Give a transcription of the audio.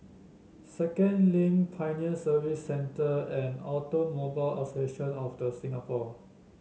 Second Link Pioneer Service Centre and Automobile Association of The Singapore